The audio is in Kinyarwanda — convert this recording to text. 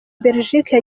belgique